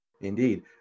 Indeed